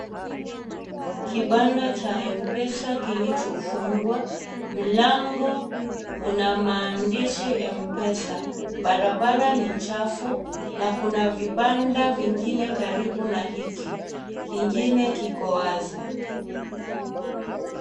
Kibanda cha Mpesa kilichofungwa, mlango una maandishi Mpesa, barabara ni chafu na kuna vibanda vingine karibu na hiki, kingine kiko wazi.